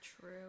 True